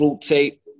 tape